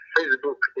Facebook